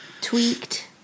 tweaked